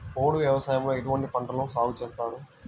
పోడు వ్యవసాయంలో ఎటువంటి పంటలను సాగుచేస్తారు?